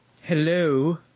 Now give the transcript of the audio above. hello